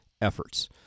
efforts